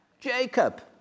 Jacob